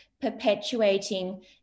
perpetuating